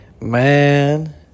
Man